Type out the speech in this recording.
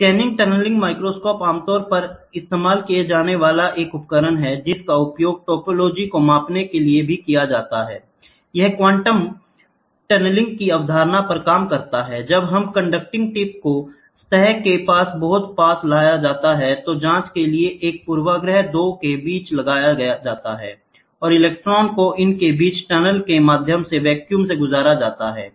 scanning tunnelling microscope आमतौर पर इस्तेमाल किया जाने वाला एक उपकरण है जिसका उपयोग टोपोलॉजी को मापने के लिए भी किया जाता हैI यह क्वांटम टनलिंग की अवधारणा पर काम करता हैI जब एक कंडक्टिंग टिप को सतह के पास बहुत पास लाया जाता है तो जांच के लिए एक पूर्वाग्रह 2 के बीच लगाया जाता है और इलेक्ट्रॉनों को उनके बीच टनल के माध्यम से वैक्यूम से गुजारा जाता है